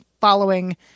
following